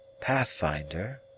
Pathfinder